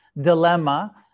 dilemma